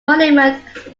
monument